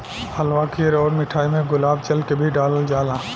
हलवा खीर अउर मिठाई में गुलाब जल के भी डलाल जाला